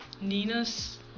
Nina's